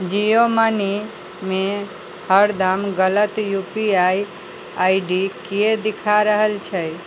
जियो मनीमे हरदम गलत U P I I D किएक देखा रहल छै